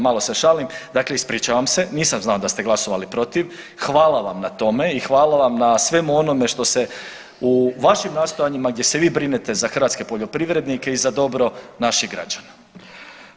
Malo se šalim, dakle ispričavam se, nisam znao da ste glasovali protiv, hvala vam na tome i hvala vam na svemu onome što se u vašim nastojanjima gdje se vi brinete za hrvatske poljoprivrednike i za dobro naših građana.